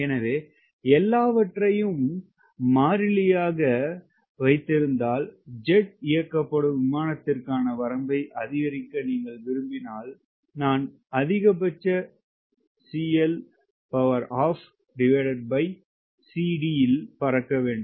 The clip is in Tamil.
எனவே எல்லாவற்றையும் மாறிலியாக இல் வைத்திருந்தால் ஜெட் இயக்கப்படும் விமானத்திற்கான வரம்பை அதிகரிக்க விரும்பினால் நான் அதிகபட்ச இல் பறக்க வேண்டும்